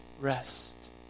rest